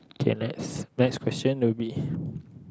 K next next question will be